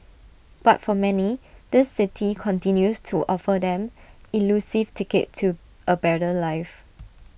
but for many this city continues to offer them elusive ticket to A better life